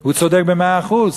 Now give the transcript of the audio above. הוא צודק במאה אחוז,